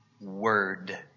word